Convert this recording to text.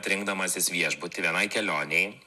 rinkdamasis viešbutį vienai kelionei